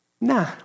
Nah